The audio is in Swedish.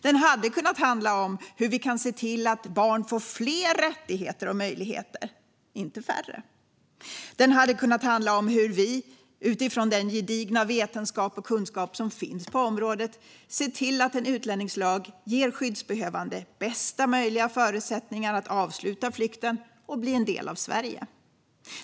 Den hade kunnat handla om hur vi kan se till att barn får fler rättigheter och möjligheter, inte färre. Den hade kunnat handla om hur vi, utifrån den gedigna vetenskap och kunskap som finns på området, ser till att en utlänningslag ger skyddsbehövande bästa möjliga förutsättningar att avsluta flykten och bli en del av Sverige.